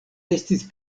estis